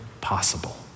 possible